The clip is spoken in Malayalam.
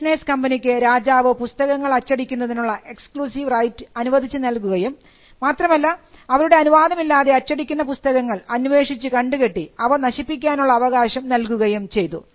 സ്റ്റേഷനേഴ്സ് കമ്പനിക്ക് രാജാവ് പുസ്തകങ്ങൾ അച്ചടിക്കുന്നതിനുള്ള എക്സ്ക്ലൂസീവ് റൈറ്റ് അനുവദിച്ച നൽകുകയും മാത്രമല്ല അവരുടെ അനുവാദമില്ലാതെ അച്ചടിക്കുന്ന പുസ്തകങ്ങൾ അന്വേഷിച്ച് കണ്ടുകെട്ടി അവ നശിപ്പിക്കാനുള്ള അവകാശം നൽകുകയും ചെയ്തു